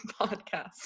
podcast